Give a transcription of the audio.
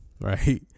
right